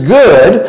good